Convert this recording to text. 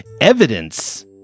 Evidence